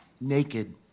naked